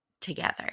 together